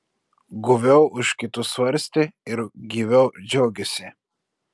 guviau už kitus svarstė ir gyviau džiaugėsi